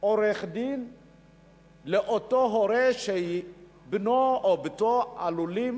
עורך-דין לאותו הורה שבנו או בתו עלולים